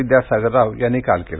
विद्यासागर राव यांनी काल केलं